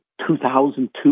2002